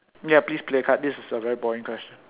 ya please play card this is a very boring question